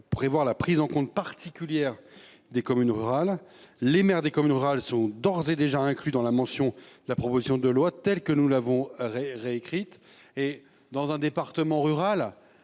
Prévoir la prise en compte particulière des communes rurales. Les maires des communes rurales sont d'ores et déjà inclus dans la mention la proposition de loi telle que nous l'avons re-réécrite et dans un département rural